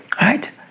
right